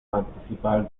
participar